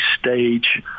stage